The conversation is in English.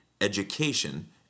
education